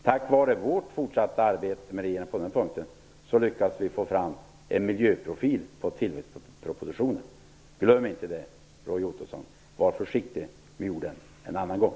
Tack vare vårt fortsatta arbete på den punkten lyckades vi få en miljöprofil på tillväxtpropositionen. Glöm inte det, Roy Ottosson! Var försiktig med orden en annan gång!